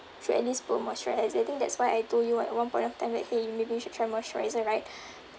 should at least put moisturiser I think that's why I told you what one point of time like !hey! maybe you should try moisturiser right